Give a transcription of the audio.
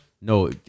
No